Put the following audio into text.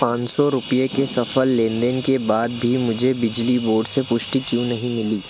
पाँच सौ रुपये के सफल लेनदेन के बाद भी मुझे बिजली बोर्ड से पुष्टि क्यों नहीं मिली